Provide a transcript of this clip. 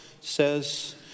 says